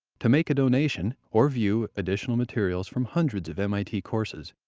to make a donation, or view additional materials from hundreds of mit courses,